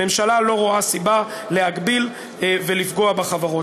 הממשלה לא רואה סיבה להגביל ולפגוע בחברות.